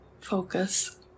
focus